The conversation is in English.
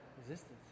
Resistance